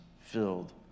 filled